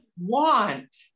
Want